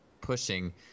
pushing